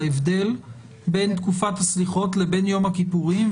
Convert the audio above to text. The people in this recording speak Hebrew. על ההבדל בין תקופת הסליחות לבין יום הכיפורים,